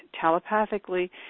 Telepathically